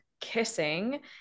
kissing